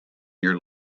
your